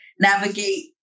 Navigate